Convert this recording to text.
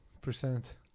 percent